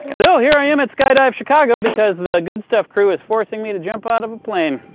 so here i am at skydive chicago, because the good stuff crew is forcing me to jump out of a plane.